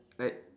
like